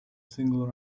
single